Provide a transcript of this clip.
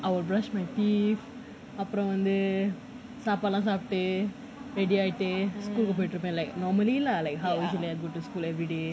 I will brush my teeth அப்புறம் வந்து சாப்பாடுலாம் சாப்பிட்டு:appuram vanthu saapaadulam saappittu ready ஆயிட்டு:aayittu school போய்ட்டு இருப்பேன்:poitu iruppaen like normally lah like how I go to school everyday